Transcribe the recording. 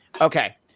Okay